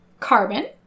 Carbon